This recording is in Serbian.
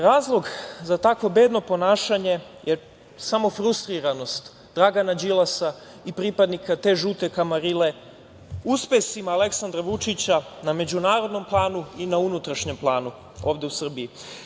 Razlog za takvo bedno ponašanje je samo frustriranost Dragana Đilasa i pripadnika te žute kamarile uspesima Aleksandra Vučića na međunarodnom planu i na unutrašnjem planu ovde u Srbiji.